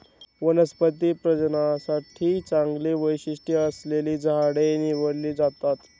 वनस्पती प्रजननासाठी चांगली वैशिष्ट्ये असलेली झाडे निवडली जातात